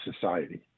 society